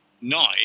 nine